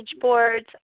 boards